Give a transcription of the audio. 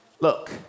Look